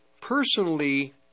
personally